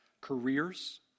careers